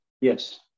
Yes